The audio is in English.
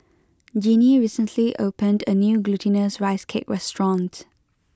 Jinnie recently opened a new Glutinous Rice Cake restaurant